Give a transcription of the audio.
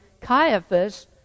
Caiaphas